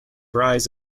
rise